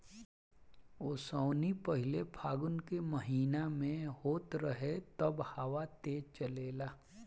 ओसौनी पहिले फागुन के महीना में होत रहे तब हवा तेज़ चलेला